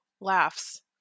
laughs